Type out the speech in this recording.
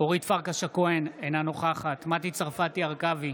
אורית פרקש הכהן, אינה נוכחת מטי צרפתי הרכבי,